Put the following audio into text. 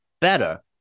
better